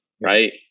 Right